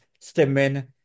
stimming